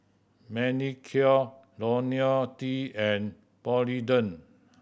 Manicare Lonil T and Polident